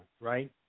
right